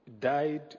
died